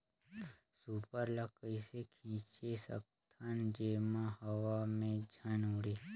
Super ल कइसे छीचे सकथन जेमा हवा मे झन उड़े?